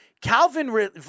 Calvin